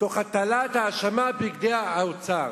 תוך הטלת האשמה על פקידי האוצר.